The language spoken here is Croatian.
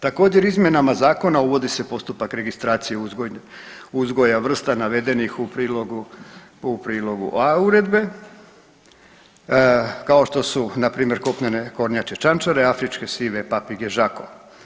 Također izmjenama Zakona uvodi se postupak registracije uzgoja vrsta navedenih u prilogu A) uredbe kao što su na primjer kopnene kornjače čančare, afričke sive papige Žako.